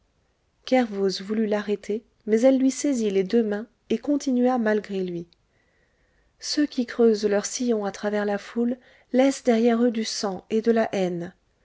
voulut l'arrêter mais elle lui saisit les deux mains et continua malgré lui ceux qui creusent leur sillon à travers la foule laissent derrière eux du sang et de la haine